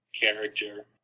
character